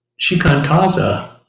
Shikantaza